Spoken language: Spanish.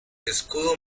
escudo